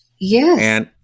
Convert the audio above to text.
Yes